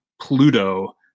Pluto